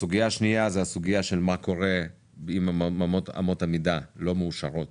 הסוגיה השנייה היא מה קורה אם אמות המידה לא מאושרות